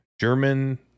German